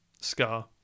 scar